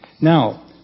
Now